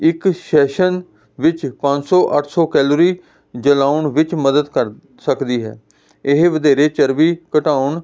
ਇੱਕ ਸੈਸ਼ਨ ਵਿੱਚ ਪੰਜ ਸੌ ਅੱਠ ਸੌ ਕੈਲੋਰੀ ਜਲਾਉਣ ਵਿੱਚ ਮਦਦ ਕਰ ਸਕਦੀ ਹੈ ਇਹ ਵਧੇਰੇ ਚਰਬੀ ਘਟਾਉਣ